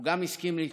הוא גם הסכים להתפשר.